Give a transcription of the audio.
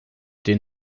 den